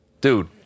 Dude